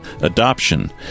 Adoption